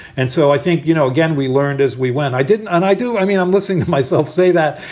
and so i think, you know, again, we learned as we went. i didn't. and i do. i mean, i'm listening to myself say that.